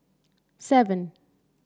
seven